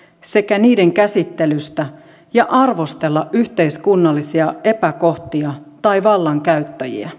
sekä niiden käsittelystä ja arvostella yhteiskunnallisia epäkohtia tai vallankäyttäjiä